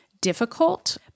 difficult